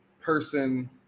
person